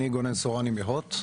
שלום אני מנהל תשתיות בחברת HOT,